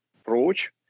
approach